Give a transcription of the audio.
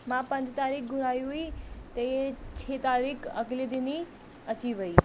मां पंज तारीख़ घुराई हुई ते छह तारीख़ अगले दिन ई अची वई